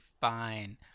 fine